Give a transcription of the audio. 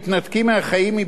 מבעלות על רכוש,